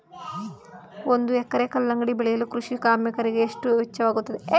ಒಂದು ಎಕರೆ ಕಲ್ಲಂಗಡಿ ಬೆಳೆಯಲು ಕೃಷಿ ಕಾರ್ಮಿಕರಿಗೆ ಎಷ್ಟು ವೆಚ್ಚವಾಗುತ್ತದೆ?